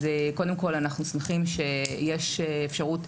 אז קודם כול אנחנו שמחים שיש אפשרות,